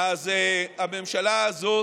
אז הממשלה הזאת,